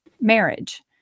marriage